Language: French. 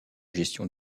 gestion